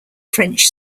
french